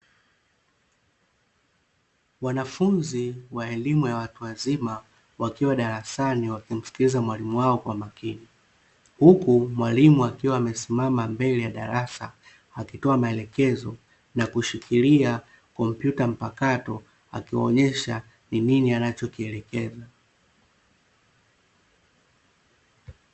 Wanafunzi wa elimu ya watu wazima, wakiwa darasani wakimsikiliza mwalimu wao kwa umakini. Huku mwalimu akiwa amesimama mbele ya darasa, akitoa maelekezo na kushikilia kompyuta mpakato, akiwaonyesha ni nini anachokielekeza.